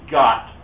got